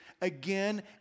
again